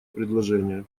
предложение